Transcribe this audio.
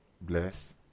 bless